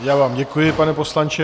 Já vám děkuji, pane poslanče.